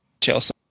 Chelsea